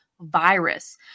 virus